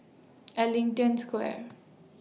Ellington Square